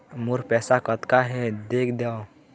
मोर पैसा कतका हे देख देव?